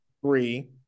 three